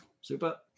Super